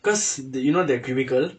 because the you know the cubicle